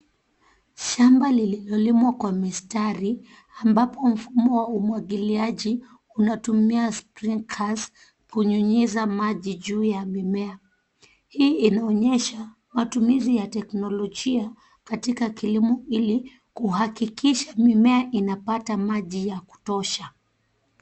Shamba lililolimwa kwa mistari ambapo mfumo wa umwagiliaji unatumia sprinklers kunyunyiza maji juu ya mimea. Hii inaonyesha matumizi ya teknolojia katika kilimo ili kuhakikisha mimea inapata maji ya kutosha.